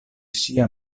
ŝia